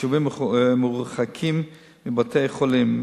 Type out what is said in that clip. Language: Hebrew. וביישובים מרוחקים מבתי-חולים,